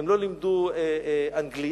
הם לא לימדו אנגלית.